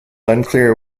unclear